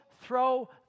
throw